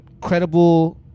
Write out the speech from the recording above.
credible